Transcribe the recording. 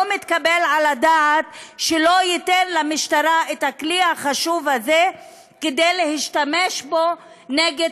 לא מתקבל על הדעת שלא ייתן למשטרה את הכלי החשוב הזה כדי להשתמש בו נגד